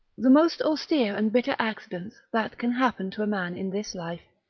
the most austere and bitter accidents that can happen to a man in this life,